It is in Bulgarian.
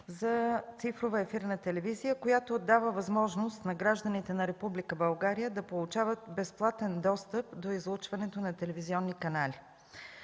за цифрова ефирна телевизия, която дава възможност на гражданите на Република България да получават безплатен достъп до излъчването на телевизионни канали.